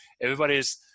everybody's